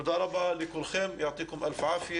תודה רבה לכולכם, יישר כוח,